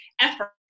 effort